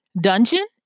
dungeon